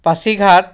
Pasighat